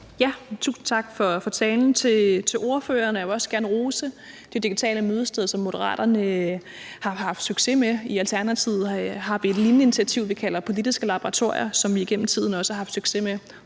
Tusind tak for talen til ordføreren. Jeg vil også gerne rose det digitale mødested, som Moderaterne har haft succes med. I Alternativet har vi et lignende initiativ, som vi kalder politiske laboratorier, som vi igennem tiden også har haft succes med.